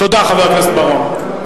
תודה, חבר הכנסת בר-און.